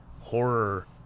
horror